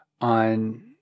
on